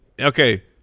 Okay